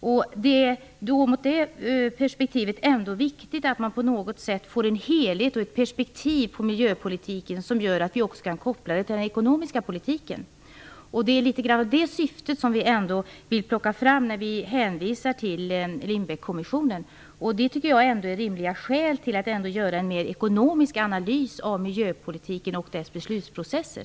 Mot den bakgrunden är det viktigt att man på något sätt får ett perspektiv på miljöpolitiken som gör att vi också kan koppla den till den ekonomiska politiken. Det är litet grand det som är syftet med en hänvisning till Lindbeckkommissionen. Jag tycker att det finns rimliga skäl till att göra en mer ekonomisk analys av miljöpolitiken och dess beslutsprocesser.